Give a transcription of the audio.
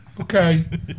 Okay